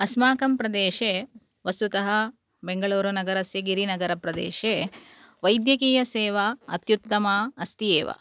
अस्माकं प्रदेशे वस्तुतः बेङ्गलूरुनगरस्य गिरिनगरप्रदेशे वैद्यकीयसेवा अत्युत्तमा अस्ति एव